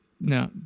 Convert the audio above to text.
No